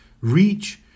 reach